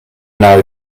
now